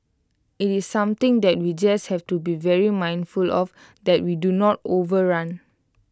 IT is something that we just have to be very mindful of that we do not overrun